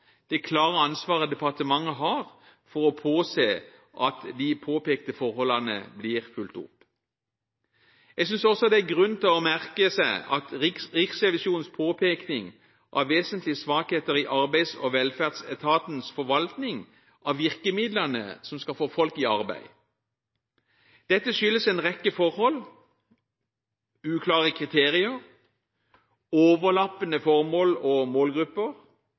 det klare ansvaret departementet har for å påse at de påpekte forholdene blir fulgt opp. Jeg synes også det er grunn til å merke seg Riksrevisjonens påpekning av vesentlige svakheter i Arbeids- og velferdsetatens forvaltning av virkemidlene som skal få folk i arbeid. Dette skyldes en rekke forhold: uklare kriterier, overlappende formål og målgrupper,